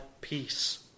peace